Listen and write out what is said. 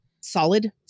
solid